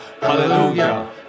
hallelujah